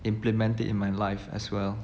implement it in my life as well